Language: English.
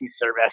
service